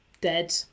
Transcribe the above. dead